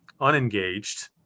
unengaged